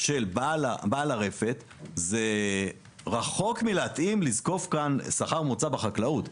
של בעל הרפת רחוקה מלהתאים לזקיפה כאן של שכר ממוצע בחקלאות.